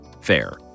Fair